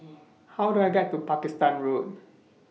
How Do I get to Pakistan Road